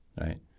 right